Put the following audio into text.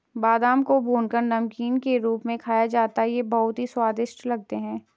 बादाम को भूनकर नमकीन के रूप में खाया जाता है ये बहुत ही स्वादिष्ट लगते हैं